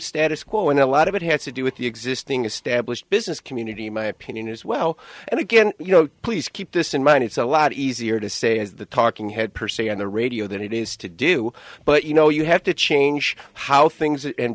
status quo and a lot of it has to do with the existing established business community in my opinion as well and again you know please keep this in mind it's a lot easier to say as the talking head proceed on the radio than it is to do but you know you have to change how things and